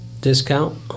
discount